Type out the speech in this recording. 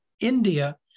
India